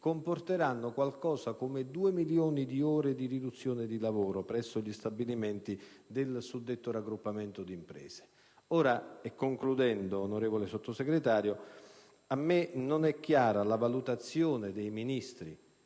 comporteranno qualcosa come 2 milioni di ore di riduzione di lavoro presso gli stabilimenti del suddetto raggruppamento di imprese. Concludendo, onorevole Sottosegretario, a me non è chiara la valutazione dei Ministri